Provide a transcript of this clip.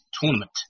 tournament